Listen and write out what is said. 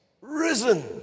risen